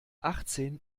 achtzehn